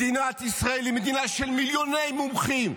מדינת ישראל היא מדינה של מיליוני מומחים,